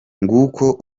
nguko